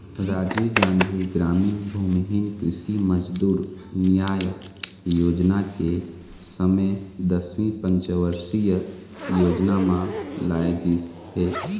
राजीव गांधी गरामीन भूमिहीन कृषि मजदूर न्याय योजना के समे दसवीं पंचवरसीय योजना म लाए गिस हे